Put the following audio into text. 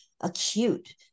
acute